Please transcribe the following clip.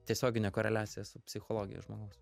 tiesioginė koreliacija su psichologija žmogaus